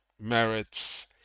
merits